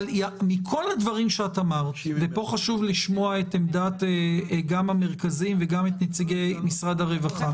פה חשוב לשמוע גם את עמדת המרכזים וגם את נציגי משרד הרווחה,